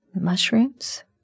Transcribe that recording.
mushrooms